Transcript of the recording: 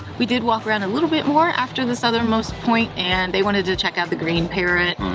we did walk around a little bit more after the southernmost point, and they wanted to checkout the green parrot.